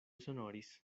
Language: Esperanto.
sonoris